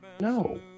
no